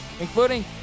including